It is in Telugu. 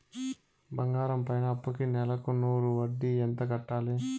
బంగారం పైన అప్పుకి నెలకు నూరు వడ్డీ ఎంత కట్టాలి?